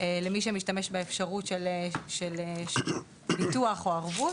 למי שמשתמש באפשרות של ביטוח או ערבות.